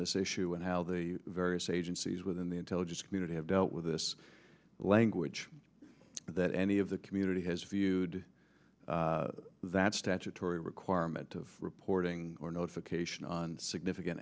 this issue and how the various agencies within the intelligence community have dealt with this language that any of the community has viewed that statutory requirement of reporting or notification on significant